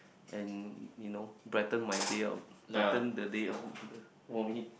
and you know brighten my day or brighten the days of for me